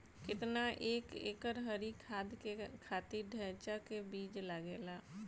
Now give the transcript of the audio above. केतना एक एकड़ हरी खाद के खातिर ढैचा के बीज लागेला?